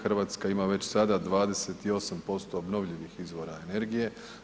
Hrvatska ima već sada 28% obnovljivih izvora energije.